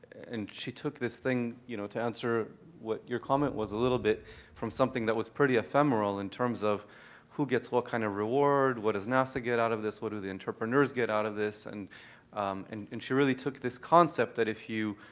and she took this thing you know to answer what your climate was a little bit from something that was pretty ephemeral, in terms of who gets what kind of reward what does nasa get out of this what do the entrepreneurs get out of this? and and and she really took this concept that if you